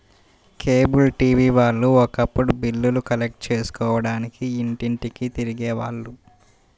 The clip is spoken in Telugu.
కేబుల్ టీవీ వాళ్ళు ఒకప్పుడు బిల్లులు కలెక్ట్ చేసుకోడానికి ఇంటింటికీ తిరిగే వాళ్ళు